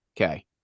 okay